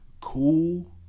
cool